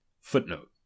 Footnote